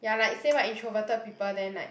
ya like say what introverted people then like